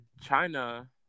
China